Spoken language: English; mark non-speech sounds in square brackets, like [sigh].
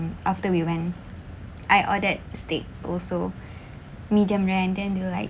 after we went I ordered steak also [breath] medium rare and then they're like